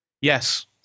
Yes